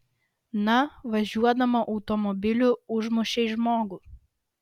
na važiuodama automobiliu užmušei žmogų